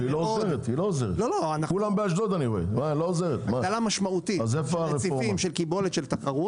היא לא עוזרת, אז איפה הרפורמה?